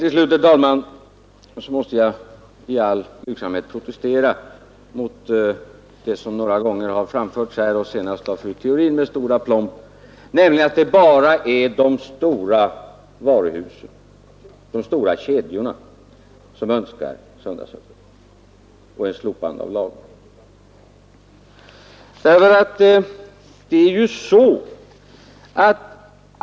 Till slut, herr talman, måste jag i all blygsamhet protestera mot något som några gånger har framförts här, senast med stor aplomb av fru Theorin, nämligen att det bara är de stora varuhusen, de stora kedjorna, som önskar ha söndagsöppet och ett slopande av lagen.